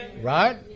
Right